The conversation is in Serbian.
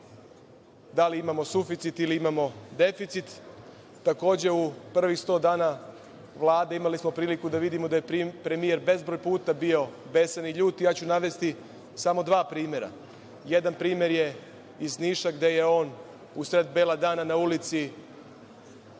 da li imamo suficit ili imamo deficit. Takođe, u prvih sto dana Vlade imali smo priliku da vidimo da je premijer bezbroj puta bio besan i ljut. Ja ću navesti samo dva primera. Jedan primer je iz Niša, gde je on usred bela dana na ulici